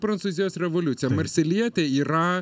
prancūzijos revoliucija marselietė yra